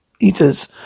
eaters